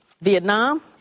Vietnam